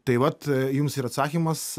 tai vat jums ir atsakymas